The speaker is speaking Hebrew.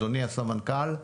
אדוני הסמנכ"ל.